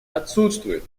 отсутствует